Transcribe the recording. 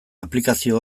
aplikazio